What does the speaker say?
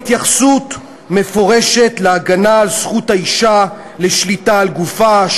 התייחסות מפורשת להגנה על זכות האישה לשליטה על גופה,